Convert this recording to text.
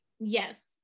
yes